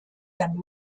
and